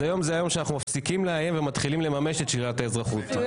אז היום זה היום שאנחנו מפסיקים לאיים ומתחילים לממש את שלילת האזרחות.